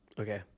Okay